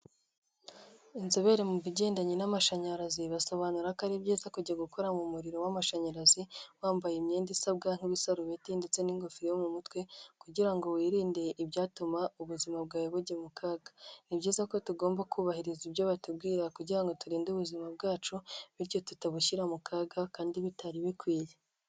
Inzobere mu bigendanye n'amashanyarazi basobanura ko ari byiza kujya gukora mu muriro w'amashanyarazi, wambaye imyenda isabwa nk'ibisarubeti ndetse n'ingofero yo mu mutwe, kugira ngo wirinde ibyatuma ubuzima bwawe bujya mu kaga. Ni byiza ko tugomba kubahiriza ibyo batubwira kugira ngo turinde ubuzima bwacu, bityo tutabushyira mu kaga kandi bitari bikwiye.